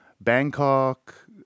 Bangkok